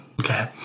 Okay